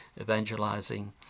evangelizing